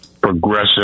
progressive